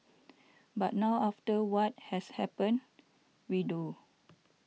but now after what has happened we do